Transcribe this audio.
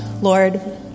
Lord